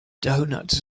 donuts